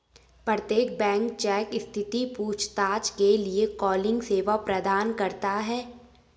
प्रत्येक bank cheque स्थिति पूछताछ के लिए कॉलिंग सेवा प्रदान करता हैं